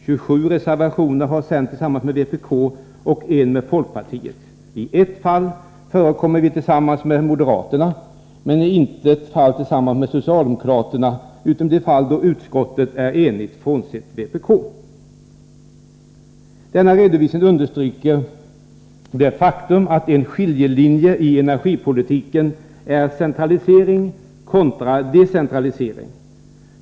27 reservationer har centern avgivit tillsammans med vpk och en tillsammans med folkpartiet. I två fall förekommer vi tillsammans med moderaterna, men i intet fall tillsammans med socialdemokraterna — utom i de fall utskottet är enigt frånsett vpk. Denna redovisning stryker under det faktum att en skiljelinje i energipoli tiken är centralisering kontra decentralisering.